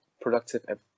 productive